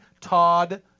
todd